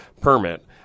permit